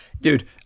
Dude